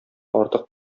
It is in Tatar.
артык